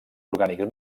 orgànics